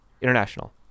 international